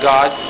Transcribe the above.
God